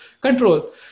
control